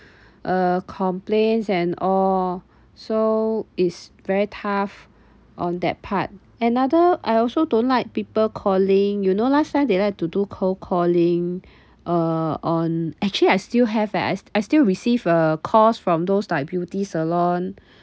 uh complaints and all so is very tough on that part another I also don't like people calling you know last time they like to do cold calling uh on actually I still have eh I I still receive uh calls from those like beauty salon